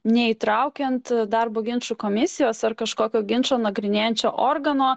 neįtraukiant darbo ginčų komisijos ar kažkokio ginčą nagrinėjančio organo